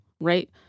right